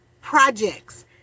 projects